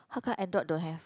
how come adult don't have